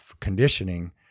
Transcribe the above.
conditioning